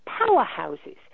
powerhouses